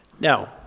Now